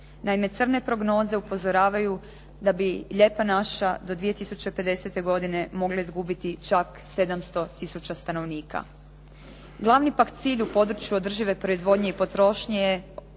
Naime, crne prognoze upozoravaju da bi Lijepa naša do 2050. godine mogla izgubiti čak 700 tisuća stanovnika. Glavni pak cilj u području održive proizvodnje i potrošnje je